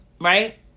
right